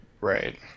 Right